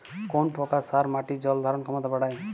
কোন প্রকার সার মাটির জল ধারণ ক্ষমতা বাড়ায়?